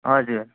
हजुर